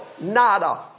nada